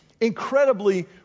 incredibly